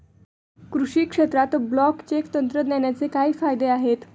कृषी क्षेत्रात ब्लॉकचेन तंत्रज्ञानाचे काय फायदे आहेत?